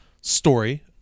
story